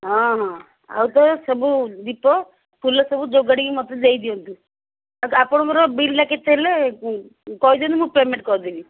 ହଁ ହଁ ଆଉ ତ ସବୁ ଦୀପ ଫୁଲସବୁ ଯୋଗାଡ଼ି କି ମୋତେ ଦେଇ ଦିଅନ୍ତୁ ଆପଣଙ୍କର ବିଲ୍ଟା କେତେହେଲା କହିଦିଅନ୍ତୁ ମୁଁ ପେମେଣ୍ଟ୍ କରିଦେବି